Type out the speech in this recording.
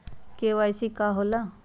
KYC का हो के ला?